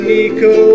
Nico